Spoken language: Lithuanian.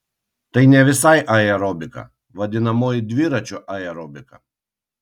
tai ne visai aerobika vadinamoji dviračių aerobika